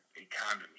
economy